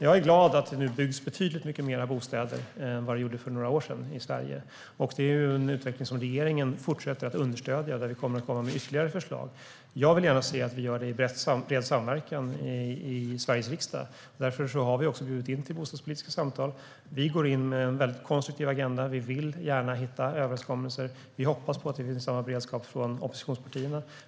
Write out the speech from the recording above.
Jag är glad att det nu byggs betydligt mycket mer bostäder än vad det gjorde för några år sedan i Sverige. Det är en utveckling som regeringen fortsätter att understödja där vi kommer att komma med ytterligare förslag. Jag vill gärna se att vi gör det i bred samverkan i Sveriges riksdag. Därför har vi också bjudit in till bostadspolitiska samtal. Vi går in med en väldigt konstruktiv agenda. Vi vill gärna hitta överenskommelser. Vi hoppas på att det finns samma beredskap från oppositionspartierna.